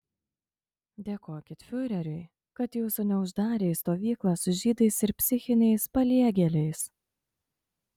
dėkokit fiureriui kad jūsų neuždarė į stovyklą su žydais ir psichiniais paliegėliais